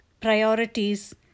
priorities